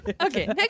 okay